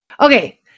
Okay